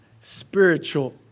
spiritual